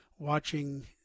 watching